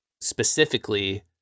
specifically